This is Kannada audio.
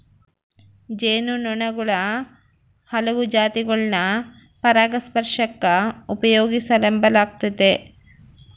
ಜೇನು ನೊಣುಗುಳ ಹಲವು ಜಾತಿಗುಳ್ನ ಪರಾಗಸ್ಪರ್ಷಕ್ಕ ಉಪಯೋಗಿಸೆಂಬಲಾಗ್ತತೆ